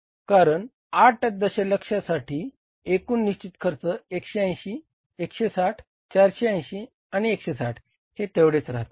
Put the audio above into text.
कारण 8 दशलक्षासाठी एकूण निशचित खर्च 180 160 480 आणि 160 हे तेवढेच राहतील